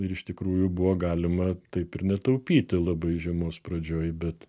ir iš tikrųjų buvo galima taip ir netaupyti labai žiemos pradžioj bet